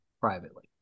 privately